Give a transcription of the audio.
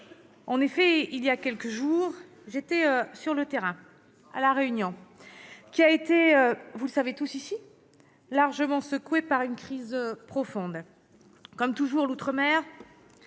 ce texte. Il y a quelques jours, j'étais sur le terrain, ... Ah !... à La Réunion, qui a été- vous le savez tous ici -largement secouée par une crise profonde. Comme toujours outre-mer,